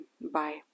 bye